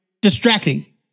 distracting